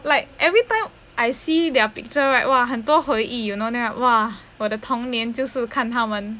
like every time I see their are picture right 哇很多回忆 you know then I !wah! 我的童年就是看他们